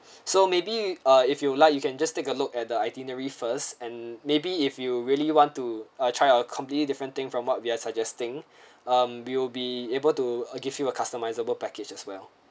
so maybe if you'd like you can just take a look at the itinerary first and maybe if you really want uh try out completely different thing from what we're suggesting um we'll be able to give you a customizable package as well